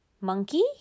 monkey